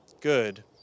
good